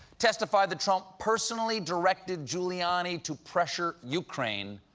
testified that trump personally directed giuliani to pressure ukraine.